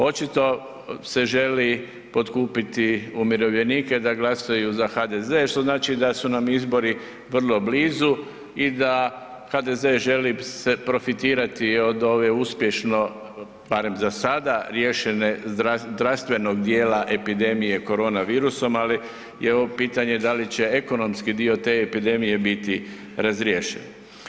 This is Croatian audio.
Očito se želi potkupiti umirovljenike da glasuju za HDZ što znači da su nam izbori vrlo blizu i da HDZ se želi profitirati od ove uspješno, barem za sada, riješene zdravstvenog dijela epidemije korona virusom, ali je ovo pitanje da li će ekonomski dio te epidemije biti razriješen.